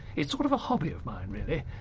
it's sort of a hobby of mine, really.